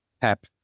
Pep